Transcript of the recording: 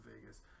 Vegas